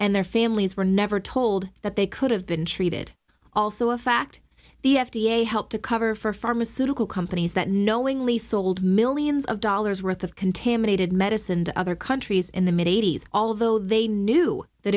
and their families were never told that they could have been treated also a fact the f d a helped to cover for pharmaceutical companies that knowingly sold millions of dollars worth of contaminated medicine to other countries in the mid eighty's although they knew that